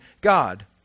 God